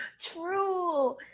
True